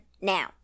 now